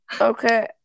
Okay